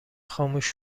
خاموش